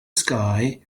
sky